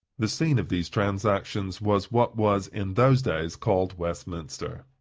the scene of these transactions was what was, in those days, called westminster.